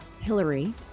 Hillary